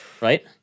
right